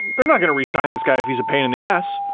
they're not gonna re-sign this guy if he's a pain in the ass.